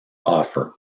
offer